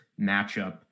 matchup